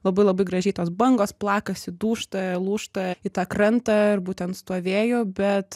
labai labai gražiai tos bangos plakasi dūžta lūžta į tą krantą ir būtent su tuo vėju bet